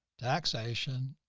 taxation,